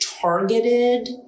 targeted